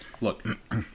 look